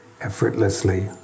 effortlessly